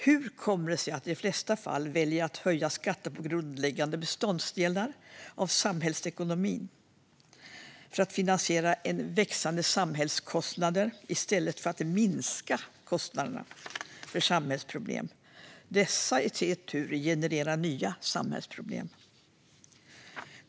Hur kommer det sig att regeringen i de flesta fall väljer att höja skatten på grundläggande beståndsdelar av samhällsekonomin för att finansiera växande samhällskostnader i stället för att minska kostnaderna för samhällsproblem? Dessa i sin tur genererar nya samhällsproblem.